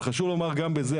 אבל חשוב לומר גם בזה,